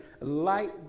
Light